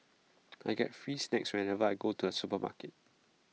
I get free snacks whenever I go to the supermarket